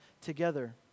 together